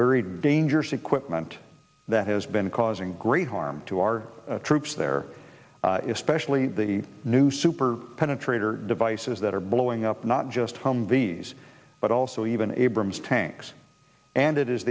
very dangerous equipment that has been causing great harm to our troops there is specially the new super penetrator devices that are blowing up not just humvees but also even abrams tanks and it is